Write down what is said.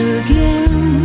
again